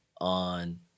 on